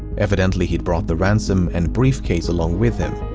evidently, he brought the ransom and briefcase along with him.